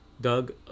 Doug